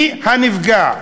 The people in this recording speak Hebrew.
מי הנפגע?